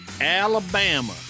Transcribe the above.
Alabama